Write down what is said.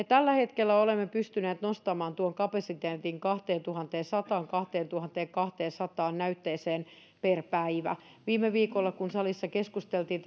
tällä hetkellä olemme pystyneet nostamaan tuon kapasiteetin kahteentuhanteensataan viiva kahteentuhanteenkahteensataan näytteeseen per päivä viime viikolla kun salissa keskusteltiin